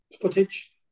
footage